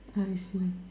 I see